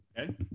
Okay